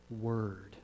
word